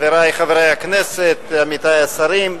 חברי חברי הכנסת, עמיתי השרים,